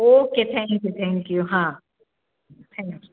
okay thank you you હા you